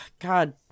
God